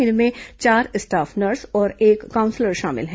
इनमें चार staff nurse और एक काउंसलर शामिल हैं